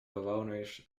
bewoners